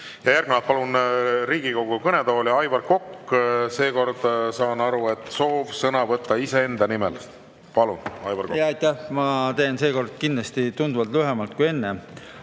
Järgnevalt palun Riigikogu kõnetooli Aivar Koka. Seekord, saan aru, on soov sõna võtta iseenda nimel? Palun, Aivar Kokk! Aitäh! Ma teen seekord kindlasti tunduvalt lühemalt kui enne.